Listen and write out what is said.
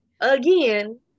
again